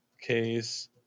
case